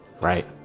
right